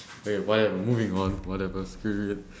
okay whatever moving on whatever screw it